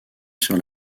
sur